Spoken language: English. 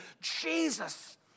Jesus